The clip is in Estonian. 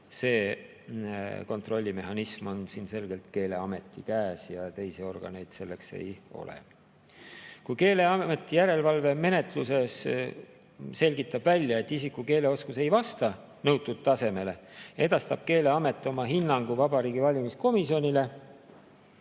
See kontrollimehhanism on siin selgelt Keeleameti käes, teisi organeid selleks ei ole. Kui Keeleameti järelevalvemenetluses selgitatakse välja, et isiku keeleoskus ei vasta nõutud tasemele, edastab Keeleamet oma hinnangu Vabariigi Valimiskomisjonile.